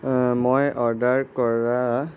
মই অৰ্ডাৰ কৰা